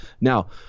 now